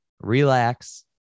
relax